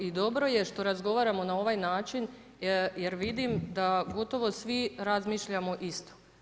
I dobro je što razgovaramo na ovaj način jer vidim da gotovo svi razmišljamo isto.